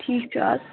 ٹھیٖک چھُ حظ